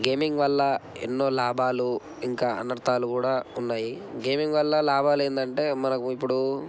gaming వల్ల ఎన్నో లాభాలు ఇంకా అనర్ధాలు కూడా ఉన్నాయి గేమింగ్ వల్ల లాభాలు ఏంటంటే మనకు ఇప్పుడు